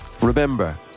remember